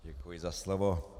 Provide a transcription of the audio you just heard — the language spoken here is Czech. Děkuji za slovo.